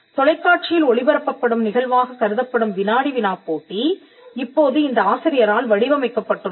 தொலைக்காட்சியில் ஒளிபரப்பப்படும் நிகழ்வாகக் கருதப்படும் வினாடி வினா போட்டி இப்போது இந்த ஆசிரியரால் வடிவமைக்கப்பட்டுள்ளது